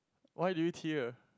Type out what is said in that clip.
why do you tear